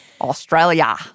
Australia